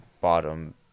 bottom